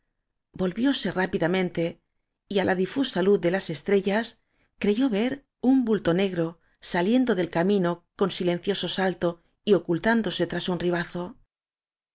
espalda volvióse rápidamente y á la difusa luz de las estrellas creyó ver un bulto negro saliéndose del camino con silencio so salto y ocultándose tras un ribazo